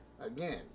again